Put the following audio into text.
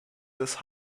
des